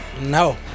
No